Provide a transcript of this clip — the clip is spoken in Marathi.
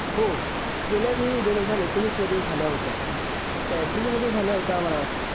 हो गेल्या वेळी दोन हजार एकोणीसमध्ये झाल्या होत्या त्या एप्रिलमध्ये झाल्या होत्या मला वाटतं